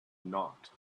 knocked